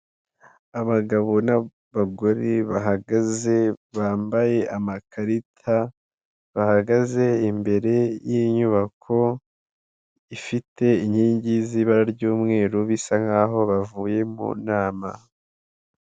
Abagabo n'abagore bahagaze bambaye amakarita bahagaze imbere y'inyubako ifite inkingi z'ibara ry'umweru bisa nkaho bavuye mu nama .